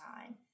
time